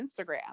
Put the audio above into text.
instagram